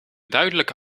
duidelijke